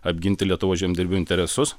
apginti lietuvos žemdirbių interesus